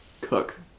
cook